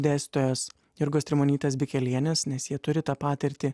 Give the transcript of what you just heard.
dėstytojos jurgos trimonytės bikelienės nes jie turi tą patirtį